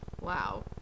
Wow